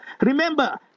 remember